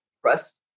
trust